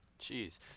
Jeez